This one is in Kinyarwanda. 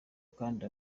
kandi